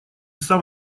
сам